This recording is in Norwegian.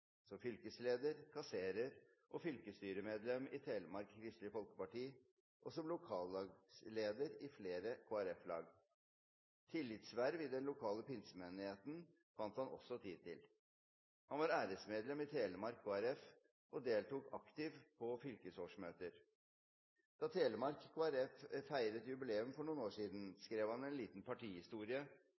som fylkesleder, kasserer og fylkesstyremedlem i Telemark Kristelig Folkeparti og som lokallagsleder i flere Kristelig Folkeparti-lag. Tillitsverv i den lokale pinsemenigheten fant han også tid til. Han var æresmedlem i Telemark Kristelig Folkeparti og deltok aktivt på fylkesårsmøter. Da Telemark Kristelig Folkeparti feiret jubileum for noen år siden, skrev han en liten partihistorie